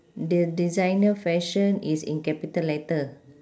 the designer fashion is in capital letter